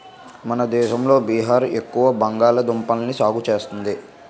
మన దేశంలో బీహార్ ఎక్కువ బంగాళదుంపల్ని సాగు చేస్తుంది